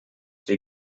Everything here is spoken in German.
wir